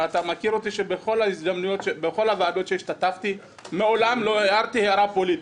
אתה מכיר אותי שבכל הוועדות שהשתתפתי בהן מעולם לא הערתי הערה פוליטית.